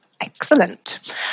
Excellent